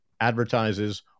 advertises